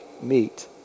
meet